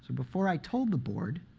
before i told the board,